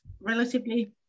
relatively